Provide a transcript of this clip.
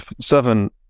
seven